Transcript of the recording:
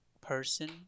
person